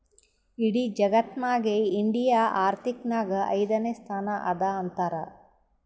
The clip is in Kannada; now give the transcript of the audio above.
ಇಡಿ ಜಗತ್ನಾಗೆ ಇಂಡಿಯಾ ಆರ್ಥಿಕ್ ನಾಗ್ ಐಯ್ದನೇ ಸ್ಥಾನ ಅದಾ ಅಂತಾರ್